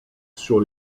sur